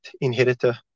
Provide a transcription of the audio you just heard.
inheritor